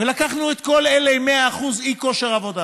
ולקחנו את כל אלה עם 100% אי-כושר עבודה